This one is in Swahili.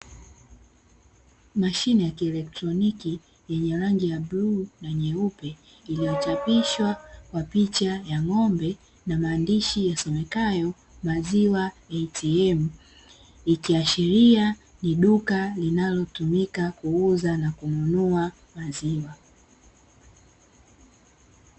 Mashine ya kielektroniki yenye rangi ya bluu na nyeupe, iliyochapishwa kwa picha ya ng'ombe na maandishi yasomekayo 'Maziwa ATM'. Hii inaashiria ni duka linalotumika kuuza na kununua maziwa.